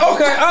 Okay